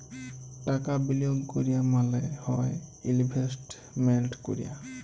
টাকা বিলিয়গ ক্যরা মালে হ্যয় ইলভেস্টমেল্ট ক্যরা